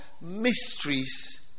mysteries